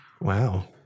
Wow